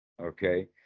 Okay